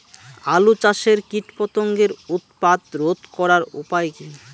আলু চাষের কীটপতঙ্গের উৎপাত রোধ করার উপায় কী?